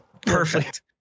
Perfect